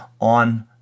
on